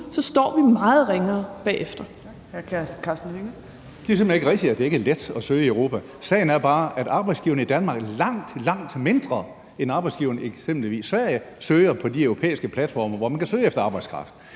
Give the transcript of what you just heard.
Karsten Hønge (SF): Det er simpelt hen ikke rigtigt, at det ikke er let at søge i Europa. Sagen er bare, at arbejdsgiverne i Danmark i langt, langt mindre grad end arbejdsgiverne i eksempelvis Sverige søger på de europæiske platforme, hvor man kan søge efter arbejdskraft.